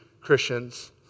Christians